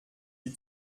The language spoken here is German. die